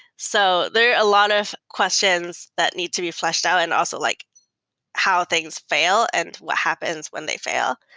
so there are a lot of questions that need to be fleshed out and also like how things fail and what happens when they fail.